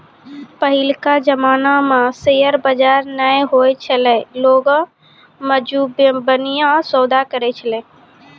पहिलका जमाना मे शेयर बजार नै होय छलै लोगें मुजबानीये सौदा करै छलै